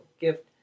gift